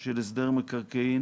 של הסדר מקרקעין